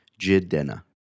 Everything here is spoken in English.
Jidenna